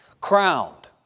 Crowned